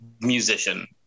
musician